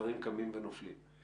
דברים קמים ונופלים.